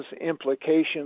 implications